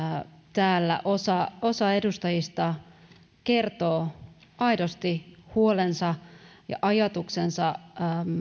täällä osa osa edustajista kertoo aidosti huolensa ja ajatuksensa